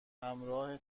همراه